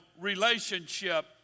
relationship